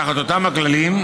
תחת אותם הכללים,